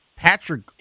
Patrick